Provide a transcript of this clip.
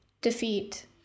Defeat